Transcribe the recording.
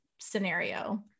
scenario